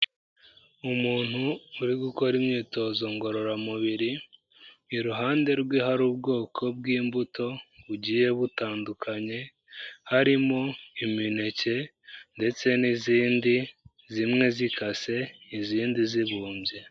Umuntu uri gukora imyitozo ngororamubiri, iruhande rwe hari ubwoko bw'imbuto bugiye butandukanye, harimo imineke ndetse n'izindi, zimwe zikase izindi zibumbye.